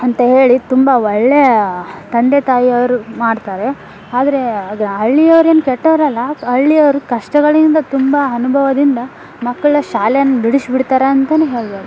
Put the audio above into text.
ಅಂತ ಹೇಳಿ ತುಂಬ ಒಳ್ಳೆಯ ತಂದೆ ತಾಯಿಯವರು ಮಾಡ್ತಾರೆ ಆದ್ರೆ ಅದು ಹಳ್ಳಿಯವ್ರೇನ್ ಕೆಟ್ಟವರಲ್ಲ ಹಳ್ಳಿಯವ್ರು ಕಷ್ಟಗಳಿಂದ ತುಂಬ ಅನುಭವದಿಂದ ಮಕ್ಕಳನ್ನ ಶಾಲೆಯನ್ನು ಬಿಡಿಸ್ ಬಿಡ್ತಾರಂತಲೇ ಹೇಳ್ಬೋದು